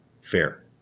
fair